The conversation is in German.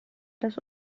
das